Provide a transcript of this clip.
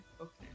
okay